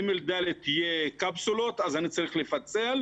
כיתות ג'-ד' ילמדו בקפסולות וזה אומר שאני צריך לפצל.